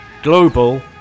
Global